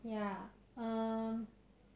nowadays I keep forgetting everything